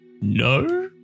no